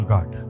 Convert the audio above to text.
God